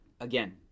again